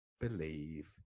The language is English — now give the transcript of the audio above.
believe